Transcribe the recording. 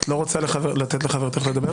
את לא רוצה לתת לחברתך לדבר?